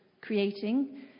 creating